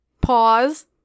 Pause